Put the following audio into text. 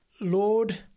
Lord